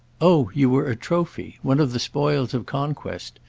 oh you were a trophy one of the spoils of conquest?